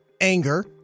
anger